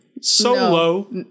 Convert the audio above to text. Solo